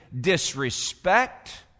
disrespect